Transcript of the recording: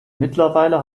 mittlerweile